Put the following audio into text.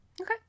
Okay